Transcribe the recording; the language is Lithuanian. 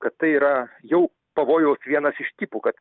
kad tai yra jau pavojaus vienas iš tipų kad